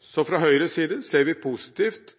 Så fra Høyres side ser vi positivt